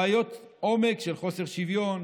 בעיות עומק של חוסר שוויון,